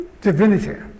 divinity